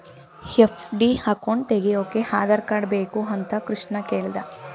FD account ತೆಗೆಯೋಕೆ Aadhaar card ಬೇಕು ಅಂತ ಕೃಷ್ಣ ಕೇಳ್ದ